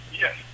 Yes